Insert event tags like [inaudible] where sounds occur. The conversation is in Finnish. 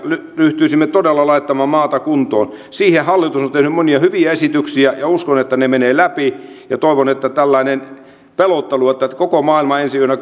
ryhtyisimme todella laittamaan maata kuntoon siihen hallitus on tehnyt monia hyviä esityksiä ja uskon että ne menevät läpi ja toivon että tällainen pelottelu että että koko maailma ensi yönä [unintelligible]